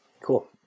cool